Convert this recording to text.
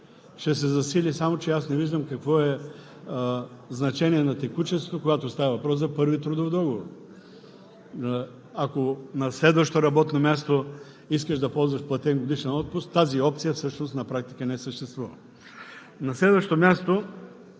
ще се засили. Аз не виждам какво е значението на текучеството, когато става въпрос за първи трудов договор. Ако на следващо работно място искаш да ползваш платен годишен отпуск, тази опция всъщност на практика не съществува. На следващо място,